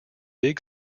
big